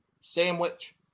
sandwich